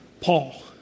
Paul